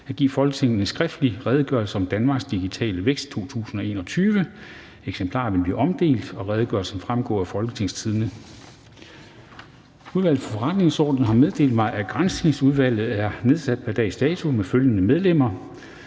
at give Folketinget en skriftlig Redegørelse om Danmarks digitale vækst 2021. (Redegørelse nr. 15). Eksemplarer vil blive omdelt, og redegørelsen vil fremgå af www.folketingstidende.dk. Udvalget for Forretningsordenen har meddelt mig, at Granskningsudvalget er nedsat pr. dags dato med følgende medlemmer